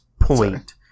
point